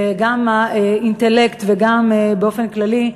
גם האינטלקט וגם באופן כללי.